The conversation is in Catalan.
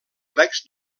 plecs